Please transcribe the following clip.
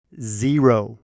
Zero